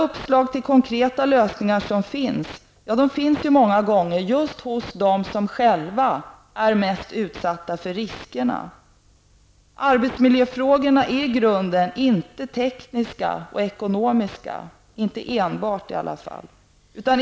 Uppslag till konkreta lösningar finns många gånger hos dem som själva är mest utsatta för riskerna. Arbetsmiljöfrågorna är i grunden inte endast tekniska och ekonomiska.